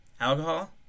alcohol